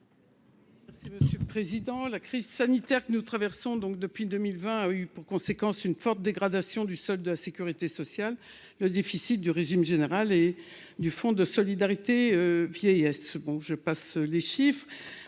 C'est monsieur le président, la crise sanitaire que nous traversons, donc depuis 2020, a eu pour conséquence une forte dégradation du solde de la Sécurité sociale, le déficit du régime général et du Fonds de solidarité vieillesse, bon je passe les chiffres